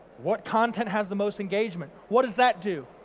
what content has the most engagement. what does that do?